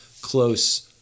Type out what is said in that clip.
close